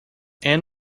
and